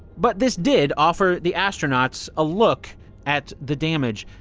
but this did offer the astronauts a look at the damage,